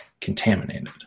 contaminated